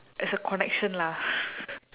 as a connection lah